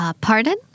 Pardon